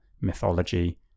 mythology